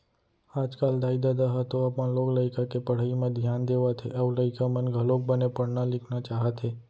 आजकल दाई ददा ह तो अपन लोग लइका के पढ़ई म धियान देवत हे अउ लइका मन घलोक बने पढ़ना लिखना चाहत हे